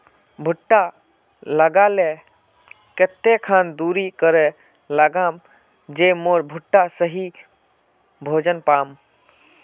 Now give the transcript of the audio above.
भुट्टा लगा ले कते खान दूरी करे लगाम ज मोर भुट्टा सही भोजन पाम?